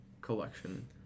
collection